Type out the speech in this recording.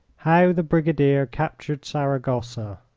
how the brigadier captured saragossa